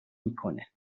میکنه